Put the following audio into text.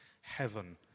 heaven